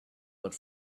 but